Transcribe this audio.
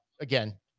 again